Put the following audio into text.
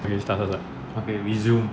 okay start start start